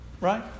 Right